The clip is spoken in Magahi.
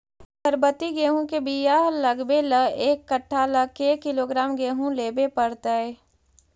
सरबति गेहूँ के बियाह लगबे ल एक कट्ठा ल के किलोग्राम गेहूं लेबे पड़तै?